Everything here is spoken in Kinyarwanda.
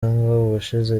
ubushize